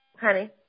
Honey